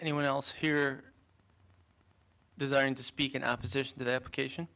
anyone else here designed to speak in opposition to the application